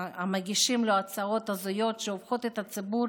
המגישים לו הצעות הזויות שהופכות את הציבור